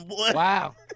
Wow